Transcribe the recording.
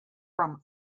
from